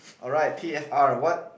alright T F R what